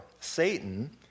Satan